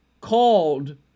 called